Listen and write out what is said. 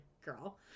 girl